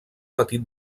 petit